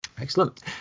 Excellent